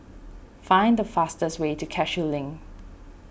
find the fastest way to Cashew Link